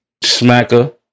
smacker